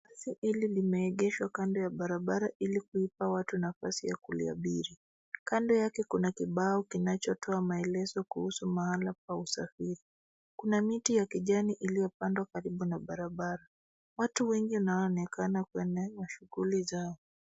Basi hili limeegeshwa kando ya barabara ili kuipa watu nafasi ya kuiabiri. Kando yake kuna kibao kinachotoa maelezo kuhusu mahala pa usafiri. Kuna miti ya kijani iliyopandwa karibu na barabara. Watu wengi wanaonekana kuendelea na shughuli zao.